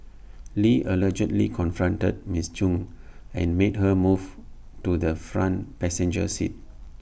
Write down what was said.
lee allegedly confronted Ms chung and made her move to the front passenger seat